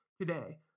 today